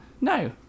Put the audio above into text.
No